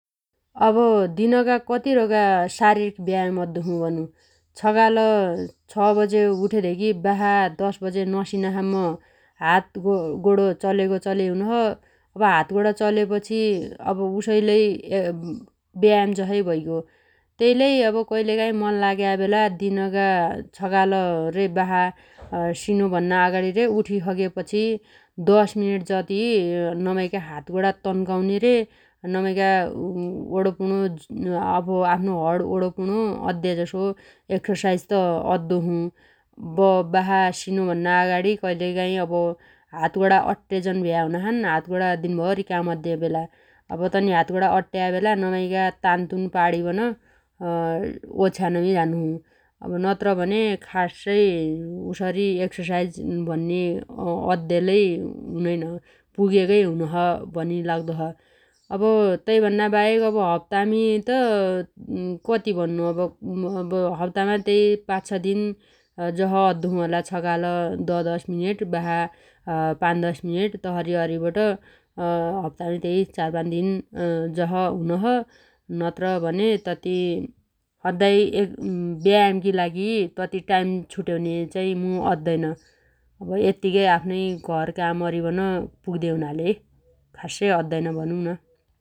अब दिनगा कतिरोगा शारिरिक व्यायाम अद्दोछु भनु । छगाल छ बजे उठेधेगी बासा दश बजे नसिनासम्म हातगोणो चलेगो चलेइ हुनोछ । अब हात गोणो चलेपछि अब उसइ लै व्यायाम जसइ भैग्यो । त्यै लै अब कइलकाइ मन लाग्या बेला दिनगा छगाल रे बासा सिनो भन्ना अगाणी रे उठी सगेपछि दश मिनेट जति नमाइगा हातगोणा तन्काउने रे नमाइगा वणोपुणो अब आफ्नो हण वणोपुणो अद्देजसो एक्ससाइज त अद्दोछु । ब-बासा सिनो भन्ना अगाणी कइल काइ अब हात गोणा अट्टेजन भ्या हुनाछन् । हात गोणा दिनभरी काम अद्देबेला अब तनि हातगोणा अट्ट्या बेला नमाइगा तानतुन पाणीबन ओछ्यानमी झानोछु । अब नत्रभने खासै उसरी एक्ससाइज भन्ने अद्दे लै हुनैन । पुगेगै हुनोछ भनि लाउदोछ । अब तैभन्नाबाहेक अब हप्तामी त कति भन्नो अब हप्तामा त्यै पाच छ दिन जस अद्दोछु होला । छगाल ददश मिनेट बासा पान दश मिनेट तसरी अरिबट हप्तामी त्यै चारपान दिन जस हुनोछ । नत्र भने तति सद्दाइ व्यायामगी लागि तति टाइम छुट्याउन्या चाइ मुद्दैन । अब यत्तिगै आफ्नै घरकाम अरिबन पुगदे हुनाले खास्सै अद्दैन भनु न ।